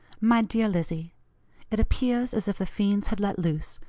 my dear lizzie it appears as if the fiends had let loose,